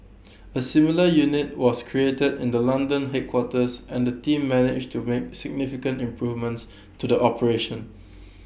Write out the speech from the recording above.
A similar unit was created in the London headquarters and the team managed to make significant improvements to the operations